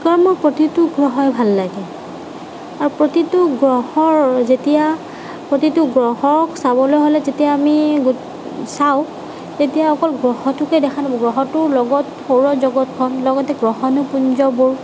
কাৰণ মোৰ প্ৰতিটো গ্ৰহেই ভাল লাগে আৰু প্ৰতিটো গ্ৰহ যেতিয়া প্ৰতিটো গ্ৰহক চাবলৈ হ'লে যেতিয়া আমি চাওঁ তেতিয়া অকল গ্ৰহটোকে দেখা নাপাওঁ গ্ৰহটোৰ লগত সৌৰজগতখন লগতে গ্ৰহাণুপুঞ্জবোৰ